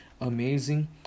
amazing